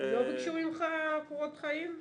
לא ביקשו ממך קורות חיים?